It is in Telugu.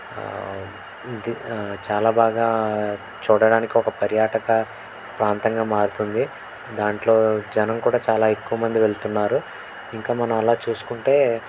ఇది చాలా బాగా చూడడానికి ఒక పర్యాటక ప్రాంతంగా మారుతుంది దాంట్లో జనం కూడా చాలా ఎక్కువ మంది వెళ్తున్నారు ఇంకా మనం అలా చూసుకుంటే